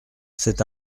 c’est